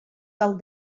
del